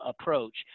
approach